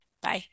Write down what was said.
bye